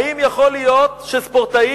האם יכול להיות שספורטאית